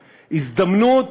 הזדמנות,